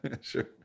sure